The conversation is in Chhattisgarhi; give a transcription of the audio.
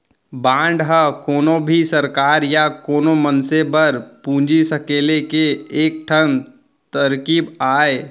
बांड ह कोनो भी सरकार या कोनो मनसे बर पूंजी सकेले के एक ठन तरकीब अय